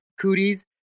cooties